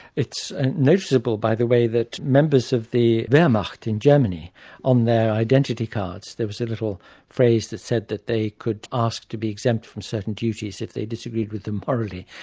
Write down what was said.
it's noticeable by the way, that members of the wermacht in germany on identity cards, there was a little phrase that said that they could ask to be exempt from certain duties if they disagreed with them morally.